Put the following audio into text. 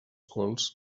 quals